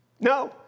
No